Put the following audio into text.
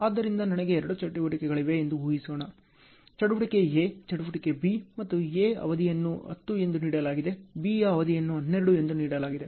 ಆದ್ದರಿಂದ ನನಗೆ ಎರಡು ಚಟುವಟಿಕೆಗಳಿವೆ ಎಂದು ಊಹಿಸೋಣ ಚಟುವಟಿಕೆ A ಚಟುವಟಿಕೆ B ಮತ್ತು A ಅವಧಿಯನ್ನು 10 ಎಂದು ನೀಡಲಾಗಿದೆ B ಯ ಅವಧಿಯನ್ನು 12 ಎಂದು ನೀಡಲಾಗಿದೆ